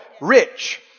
Rich